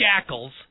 shackles